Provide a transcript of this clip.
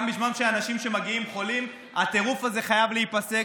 גם בשמם של אנשים שמגיעים חולים: הטירוף הזה חייב להיפסק.